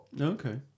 Okay